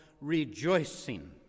rejoicing